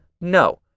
No